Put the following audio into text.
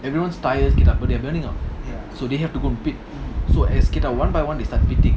everyone's tyres they're burning off so they have to go and pit so as one by one they start pitting